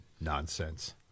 nonsense